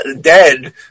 dead